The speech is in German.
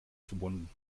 verbunden